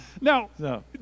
no